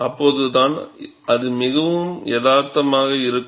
அப்போதுதான் அது மிகவும் யதார்த்தமாக இருக்கும்